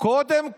קודם כול,